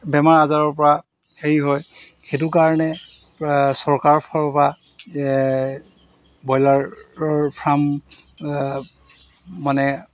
বেমাৰ আজাৰৰপৰা হেৰি হয় সেইটো কাৰণে চৰকাৰৰ ফালৰপৰা ব্ৰইলাৰৰ ফাৰ্ম মানে